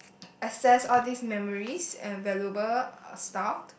access all these memories and valuable uh stuff